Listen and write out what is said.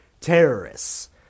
terrorists